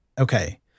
Okay